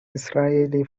israeli